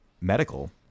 medical